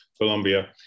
Colombia